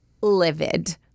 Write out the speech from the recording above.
livid